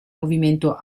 movimento